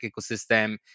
ecosystem